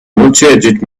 multiedit